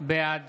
בעד